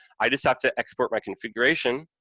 i just have to export my configuration,